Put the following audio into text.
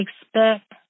Expect